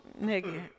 Nigga